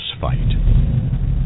fight